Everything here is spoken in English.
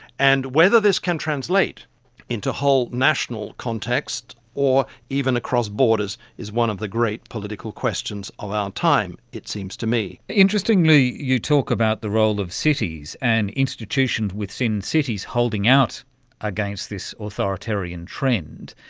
and whether this can translate into whole national context or even across borders is one of the great political questions of our time, it seems to me. interestingly you talk about the role of cities and institutions within cities holding out against this authoritarian trend,